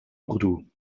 urdu